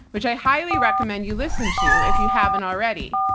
which i highly recommend you listen to if you haven't already.